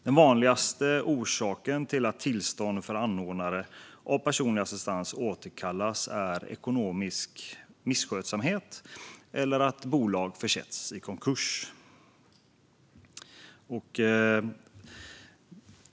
De vanligaste orsakerna till att tillstånd för anordnare av personlig assistans återkallas är ekonomisk misskötsamhet eller att bolag försätts i konkurs.